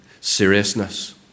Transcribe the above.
seriousness